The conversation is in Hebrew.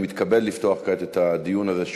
אני מתכבד לפתוח כעת את הדיון הזה,